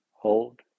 hold